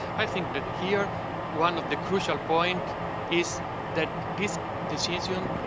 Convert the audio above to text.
i think that here one of the crucial point is that this decision,